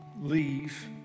Leave